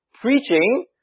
preaching